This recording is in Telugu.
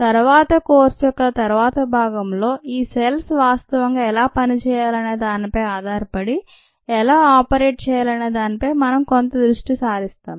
తరువాత కోర్సు యొక్క తరువాత భాగంలో ఈ సెల్స్ వాస్తవంగా ఎలా పనిచేయాలనే దానిపై ఆధారపడి ఎలా ఆపరేట్ చేయాలనే దానిపై మనం కొంత దృష్టి సారిస్తాం